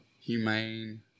humane